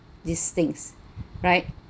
these things right